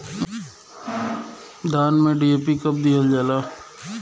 धान में डी.ए.पी कब दिहल जाला?